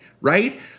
right